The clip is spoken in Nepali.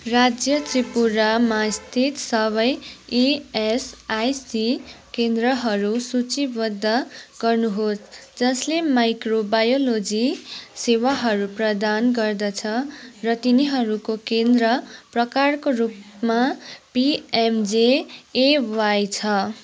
राज्य त्रिपुरामा स्थित सबै इएसआइसी केन्द्रहरू सूचीबद्ध गर्नुहोस् जसले माइक्रोबायोलोजी सेवाहरू प्रदान गर्दछ र तिनीहरूको केन्द्र प्रकारको रूपमा पिएमजेएवाई छ